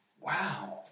Wow